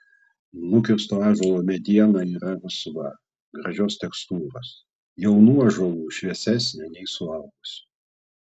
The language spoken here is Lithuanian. nukirsto ąžuolo mediena yra rusva gražios tekstūros jaunų ąžuolų šviesesnė nei suaugusių